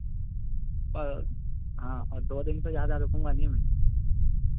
और हाँ और दो दिन से ज़्यादा रुकूँगा नहीं मैं